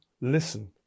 listen